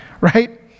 Right